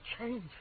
change